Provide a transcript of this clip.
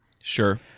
sure